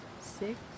six